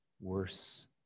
worse